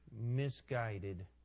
misguided